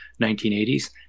1980s